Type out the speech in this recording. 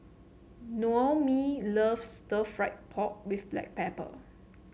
Noemie loves stir fry pork with Black Pepper